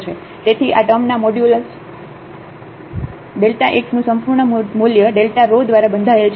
તેથી આ ટૅમના મોડ્યુલસ તેથી આ x નું સંપૂર્ણ મૂલ્ય rho દ્વારા બંધાયેલ છે